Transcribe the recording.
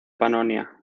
panonia